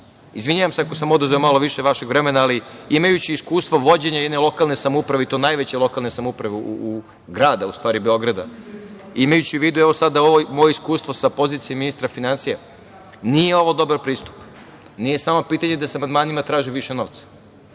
vas. Izvinjavam se ako sam oduzeo malo više vašeg vremena, ali imajući iskustva vođenja jedne lokalne samouprave i to najveće lokalne samouprave, grada Beograda, imajući u vidu moje iskustvo sa pozicije ministra finansija, nije ovo dobar pristup. Nije samo pitanje da se amandmanima traži više novca.